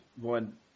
one